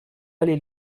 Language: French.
allée